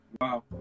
wow